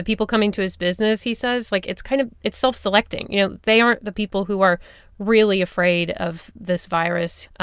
people coming to his business, he says like, it's kind of it's self-selecting. you know, they aren't the people who are really afraid of this virus.